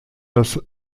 das